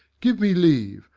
give me leave,